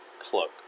Cloak